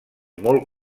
molt